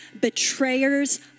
betrayers